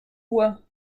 uhr